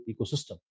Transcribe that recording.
ecosystem